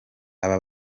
aba